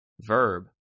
verb